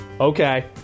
Okay